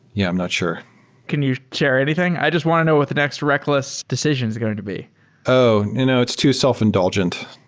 yeah i'm not sure can you share anything? i just want to know what the next reckless decision is going to be oh, you know it's too self-indulgent.